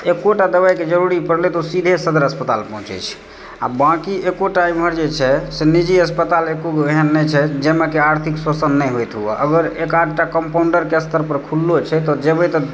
एकोटा दवाइके जरुरी पड़लै तऽ ओ सीधे सदर अस्पताल पहुँच जाइत छै आ बाँकि एकोटा इमहर जे छै से निजी अस्पताल एको गो एहेन नहि छै जाहिमे कि आर्थिक शोषण नहि होयत हुअ अगर एक आधटा कम्पाउण्डरके स्तर पर खुललो छै तऽ जेबै तऽ